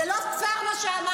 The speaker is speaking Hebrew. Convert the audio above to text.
זה לא פייר מה שאמרת,